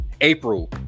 April